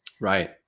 Right